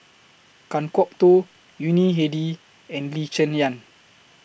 Kan Kwok Toh Yuni Hadi and Lee Cheng Yan